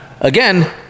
Again